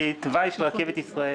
הצבעה אושר.